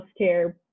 healthcare